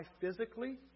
physically